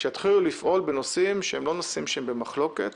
שיתחילו לפעול בנושאים שאינם במחלוקת